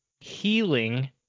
healing